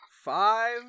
Five